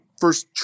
first